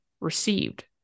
received